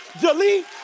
delete